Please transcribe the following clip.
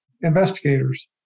investigators